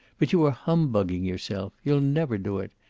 but you are humbugging yourself. you'll never do it.